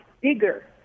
bigger